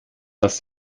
das